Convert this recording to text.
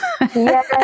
Yes